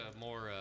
more